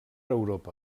europa